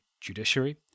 judiciary